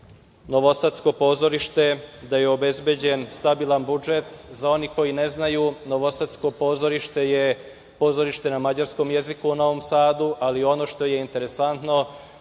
novosadsko pozorište, da je obezbeđen stabilna budžet. Za one koji ne znaju, novosadsko pozorište je pozorište na mađarskom jeziku u Novom Sadu, ali ono što je interesantno,